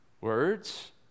words